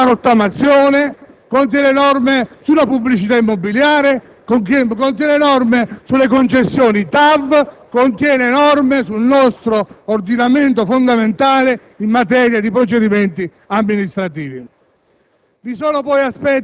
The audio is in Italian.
istruzione, sulla rottamazione, sulla pubblicità immobiliare, sulle concessioni TAV, sul nostro ordinamento fondamentale in materia di procedimenti amministrativi.